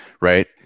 right